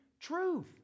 truth